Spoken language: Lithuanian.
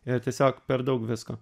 ir tiesiog per daug visko